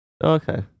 Okay